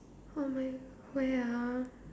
oh my where ah